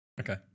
Okay